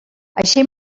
així